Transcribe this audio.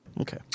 Okay